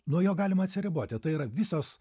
nuo jo galima atsiriboti tai yra visos